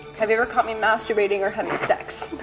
have you ever caught me masturbating or having sex?